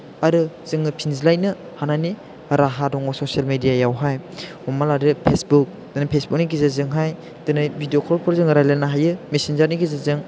आरो जोङो फिनज्लायनो हानायनि राहा दङ ससियेल मिडियायावहाय हमना लादो फेसबुक दिनै फेसबुकनि गेजेरजोंहाय दिनै भिडिअ कल खौ जाङो रायलायनो हायो मिसेन्जारनि गेजेरजों